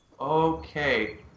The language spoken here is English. Okay